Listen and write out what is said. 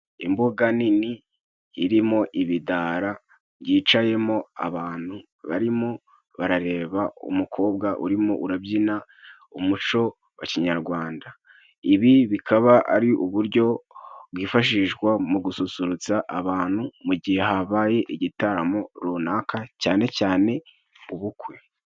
Imbuga nini irimo ibidara byicayemo abantu barimo barareba umukobwa urimo urabyina umuco wa kinyarwanda. Ibi bikaba ari uburyo bwifashishwa mu gususurutsa abantu mu gihe habaye igitaramo runaka cyane cyane ubukwe.